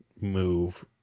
move